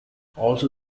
also